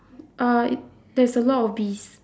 uh there's a lot of bees